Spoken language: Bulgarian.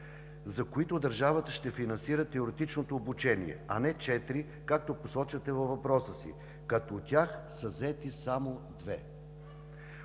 за които държавата ще финансира теоретичното обучение, а не четири, както посочвате във въпроса си, като от тях са заети само две.